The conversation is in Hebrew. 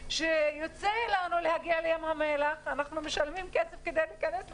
כשיוצא לנו להגיע לים המלח אנחנו משלמים כסף כדי להיכנס לשם,